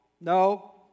no